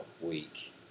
week